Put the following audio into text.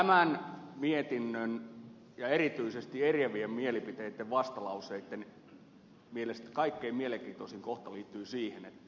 tämän mietinnön ja erityisesti eriävien mielipiteitten vastalauseitten mielestäni kaikkein mielenkiintoisin kohta liittyy siihen että